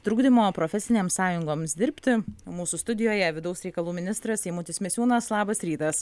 trukdymo profesinėms sąjungoms dirbti mūsų studijoje vidaus reikalų ministras eimutis misiūnas labas rytas